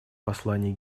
послание